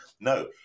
No